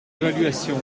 évaluation